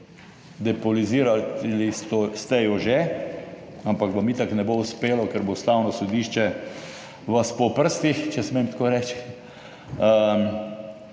Depolizirali ste jo že, ampak vam itak ne bo uspelo, ker bo Ustavno sodišče vas po prstih, če smem tako reči,